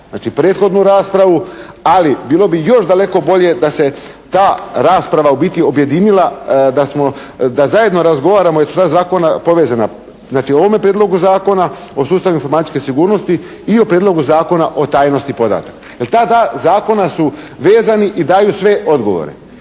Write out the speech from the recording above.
Znači, prethodnu raspravu ali bilo bi još daleko bolje da se ta rasprava u biti objedinila, da zajedno razgovaramo jer su ti zakoni povezani, znači o ovome Prijedlogu zakona o sustavu informatičke sigurnosti i o Prijedlogu zakona o tajnosti podataka jer ta dva zakona su vezani i daju sve odgovore.